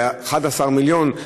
ל-11 מיליון,